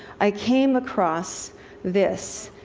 i came across this.